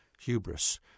hubris